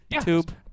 tube